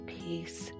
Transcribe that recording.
peace